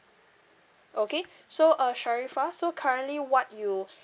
okay so uh sharifah so currently what you